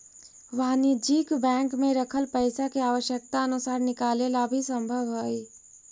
वाणिज्यिक बैंक में रखल पइसा के आवश्यकता अनुसार निकाले ला भी संभव हइ